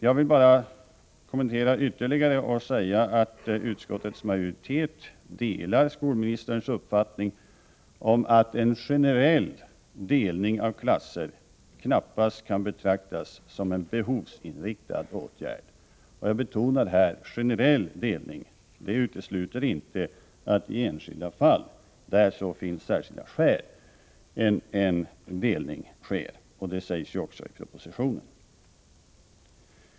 Jag vill bara göra den ytterligare kommentaren att utskottsmajoriteten delar skolministerns uppfattning att en generell delning av klasser knappast kan betraktas som en behovsinriktad åtgärd. Jag betonar uttrycket generell delning. Det utesluter inte att en delning sker i enskilda fall, där det finns särskilda skäl. Det sägs ju också i propositionen.